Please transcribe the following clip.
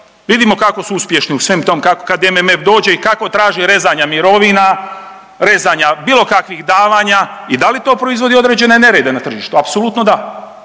vidimo kako su uspješni u svem tom kako kad MMF dođe i kao traži rezanja mirovina, rezanja bilo kakvih davanja i da li to proizvodi određene nerede na tržištu. Apsolutno da